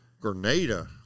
Grenada